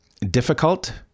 difficult